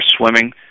swimming